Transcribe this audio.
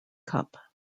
cup